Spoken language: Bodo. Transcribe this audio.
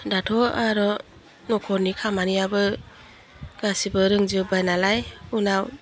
दाथ' आर' नखरनि खामानियाबो गासिबो रोंजोबाय नालाय उनाव